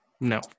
No